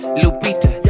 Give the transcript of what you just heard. lupita